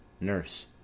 Nurse